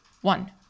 One